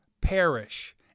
perish